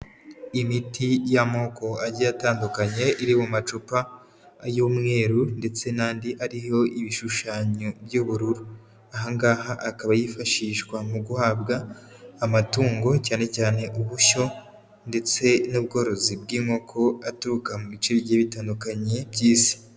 Imiti y'amoko agiye atandukanye, iri mu macupa ay'umweru, ndetse n'andi ariho ibishushanyo by'ubururu. Aha ngaha akaba yifashishwa mu guhabwa amatungo, cyane cyane ubushyo, ndetse n'ubworozi bw'inkoko, aturuka mu bice bigiye bitandukanye by'isi.